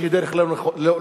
שהיא דרך לא נכונה.